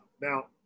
Now